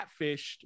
catfished